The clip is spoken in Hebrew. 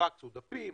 הפקס הוא דפים.